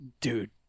dude